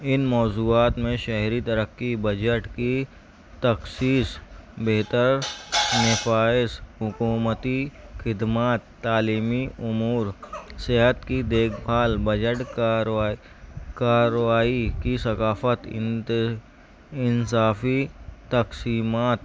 ان موضوعات میں شہری ترقی بجٹ کی تخصیص بہتر نفائذ حکومتی خدمات تعلیمی امور صحت کی دیکھ بھال بجٹ کاروائی کاروائی کی ثقافت انصافی تقسیمات